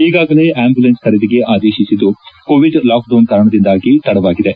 ಈಗಾಗಲೇ ಅಂಬ್ಯುಲೆನ್ಪ್ ಖರೀದಿಗೆ ಆದೇಶಿಸಿದ್ದು ಕೋವಿಡ್ ಲಾಕ್ ಡೌನ್ ಕಾರಣದಿಂದಾಗಿ ತಡವಾಗಿದೆ